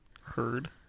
Heard